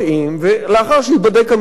ולאחר שייבדק המקרה,